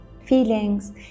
feelings